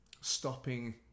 stopping